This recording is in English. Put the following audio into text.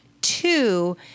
two